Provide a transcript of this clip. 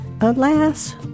Alas